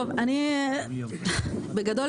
בגדול,